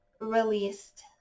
released